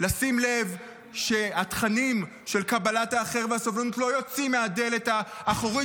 לשים לב שהתכנים של קבלת האחר והסובלנות לא יוצאים מהדלת האחורית